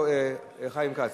לא, חיים כץ.